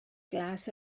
glas